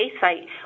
site